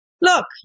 look